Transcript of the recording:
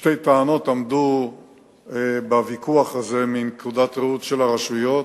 שתי טענות עמדו בוויכוח הזה מנקודת ראות הרשויות: